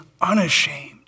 unashamed